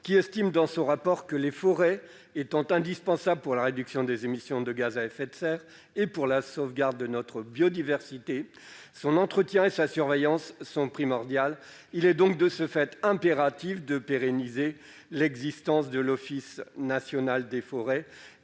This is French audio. qui estime, dans son rapport, que les « forêts étant indispensables pour la réduction des émissions de gaz à effet de serre et pour la sauvegarde de notre biodiversité, son entretien et sa surveillance sont primordiaux. Il est donc de ce fait impératif de pérenniser l'existence de l'Office national des forêts